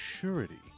surety